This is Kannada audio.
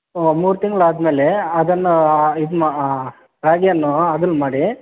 ಹ್ಞೂ ಮೂರು ತಿಂಗ್ಳು ಆದ ಮೇಲೆ ಅದನ್ನು ಇದು ರಾಗಿಯನ್ನು ಅದನ್ನು ಮಾಡಿ